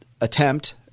attempt